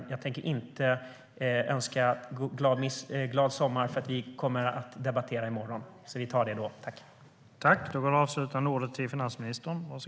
Jag tänker inte önska finansministern glad sommar. Vi kommer att debattera i morgon, så vi tar det då.